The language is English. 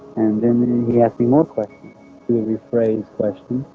and then he asked me more questions he rephrased questions.